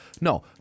No